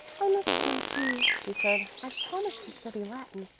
i must go too, she said. i've promised to study latin.